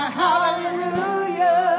hallelujah